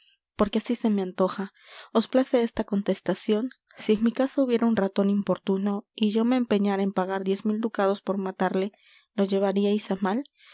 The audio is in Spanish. porque así se me antoja os place esta contestacion si en mi casa hubiera un raton importuno y yo me empeñara en pagar diez mil ducados por matarle lo llevariais á mal